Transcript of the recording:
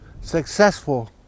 successful